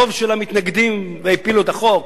רוב של המתנגדים, והפילו את החוק.